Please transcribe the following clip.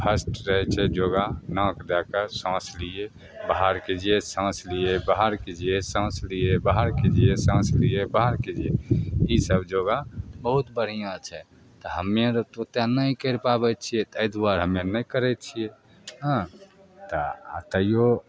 first रहै छै yoga नाक दैके साँस लिए बाहर कीजिए साँस लिए साँस कीजिए बाहर कीजिए साँस लीजिए बाहर कीजिए ईसब योगा बहुत बढ़िआँ छै तऽ हमे आओर तऽ ओतेक नहि करि पाबै छिए ताहि दुआरे हमे नहि करै छिए हँ तऽ आओर तैओ